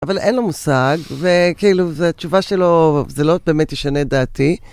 אבל אין לו מושג, וכאילו, התשובה שלו, זה לא באמת ישנה את דעתי.